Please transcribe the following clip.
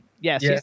Yes